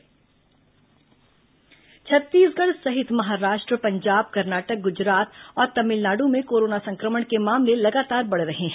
corona समाचार छत्तीसगढ़ सहित महाराष्ट्र पंजाब कर्नाटक गुजरात और तमिलनाडु में कोरोना संक्रमण के मामले लगातार बढ़ रहे हैं